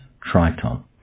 Triton